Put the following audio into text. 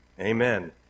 Amen